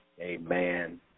Amen